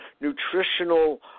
nutritional